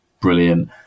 brilliant